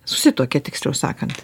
susituokia tiksliau sakant